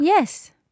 Yes